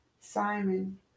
Simon